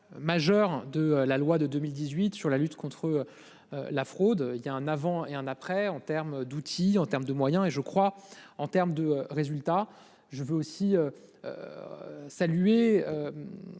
majeurs de la loi de 2018 sur la lutte contre. La fraude, il y a un avant et un après en terme d'outils en terme de moyens et je crois en terme de résultats. Je veux aussi. Saluer.